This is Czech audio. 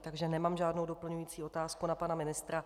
Takže nemám žádnou doplňující otázku na pana ministra.